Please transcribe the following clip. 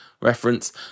reference